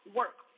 work